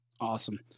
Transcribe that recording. Awesome